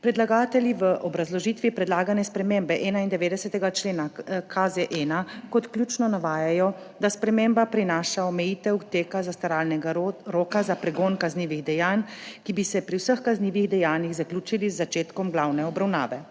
Predlagatelji v obrazložitvi predlagane spremembe 91. člena KZ kot ključno navajajo, da sprememba prinaša omejitev teka zastaralnega roka za pregon kaznivih dejanj, ki bi se pri vseh kaznivih dejanjih zaključili z začetkom glavne obravnave.